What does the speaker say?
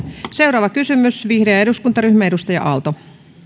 seuraava kysymys vihreä eduskuntaryhmä edustaja aalto